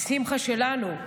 שמחה שלנו,